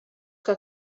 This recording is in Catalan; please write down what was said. que